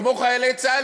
כמו חיילי צה"ל,